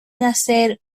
nacer